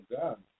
God